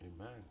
Amen